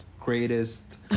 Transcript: greatest